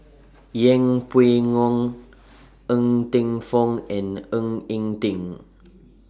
Yeng Pway Ngon Ng Teng Fong and Ng Eng Teng